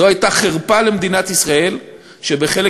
זו הייתה חרפה למדינת ישראל שבחלק